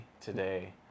today